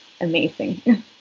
amazing